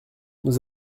nous